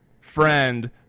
friend